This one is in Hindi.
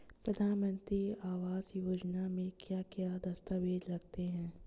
प्रधानमंत्री आवास योजना में क्या क्या दस्तावेज लगते हैं?